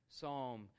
psalm